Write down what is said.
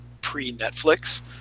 pre-netflix